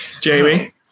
Jamie